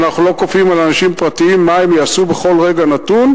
ואנחנו לא כופים על אנשים פרטיים מה הם יעשו בכל רגע נתון,